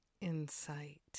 insight